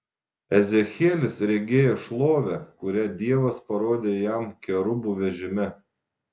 ezechielis regėjo šlovę kurią dievas parodė jam kerubų vežime